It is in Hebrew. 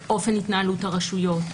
באופן התנהלות הרשויות,